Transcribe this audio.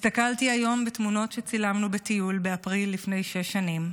הסתכלתי היום בתמונות שצילמנו בטיול באפריל לפני שש שנים,